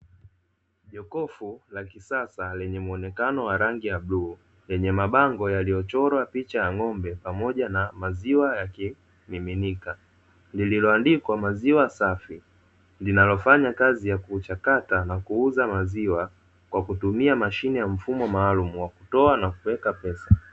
Jokokofu la kisasa lenye mwonekano wa rangi ya bluu, lenye mabango yaliyochorwa picha ya ng'ombe pamoja na maziwa ya kimiminika, lililoandikwa "maziwa safi". Linalofanya kazi ya kuchakata na kuuza maziwa kwa kutumia mashine ya mfumo maalumu wa kutoa na kuweka pesa.